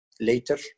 later